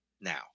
now